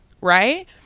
right